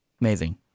Amazing